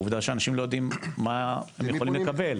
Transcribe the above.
עובדה שאנשים לא יודעים מה הם יכולים לקבל,